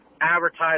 advertising